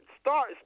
start